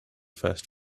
first